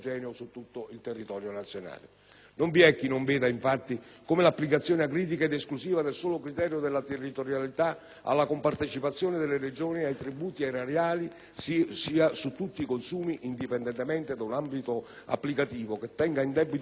Non vi è chi non veda, infatti, come l'applicazione acritica ed esclusiva del solo criterio della territorialità alla compartecipazione delle Regioni ai tributi erariali su tutti i consumi, indipendentemente da un ambito applicativo che tenga in debito conto la qualità dei beni e servizi